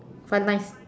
but my